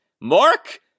Mark